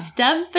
Stem